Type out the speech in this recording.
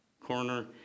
corner